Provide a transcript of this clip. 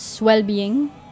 well-being